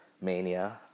mania